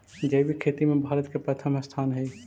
जैविक खेती में भारत के प्रथम स्थान हई